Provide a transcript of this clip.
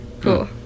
cool